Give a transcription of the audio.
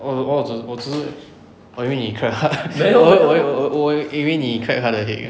orh orh 我只我只是我以为你 crack 他的 我我我以为你 crack 他的 head